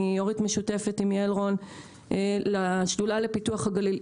אני יושבת-ראש משותפת עם יעל רון לשדולה לפיתוח הגליל.